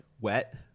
Wet